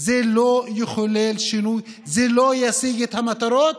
זה לא יחולל שינוי, זה לא ישיג את המטרות,